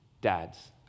dads